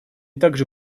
также